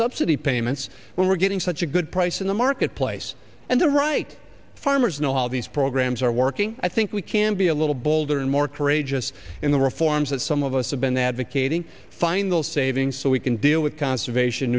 subsidy payments when we're getting such a good price in the marketplace and the right farmers know how these programs are working i think we can be a little bolder and more courageous in the reforms that some of us have been advocating final saving so we can deal with conservation